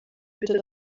bitte